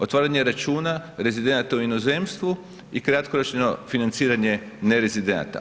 Otvaranje računa rezidenata u inozemstvu i kratkoročno financiranje nerezidenata.